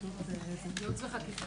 ייעוץ וחקיקה.